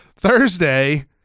Thursday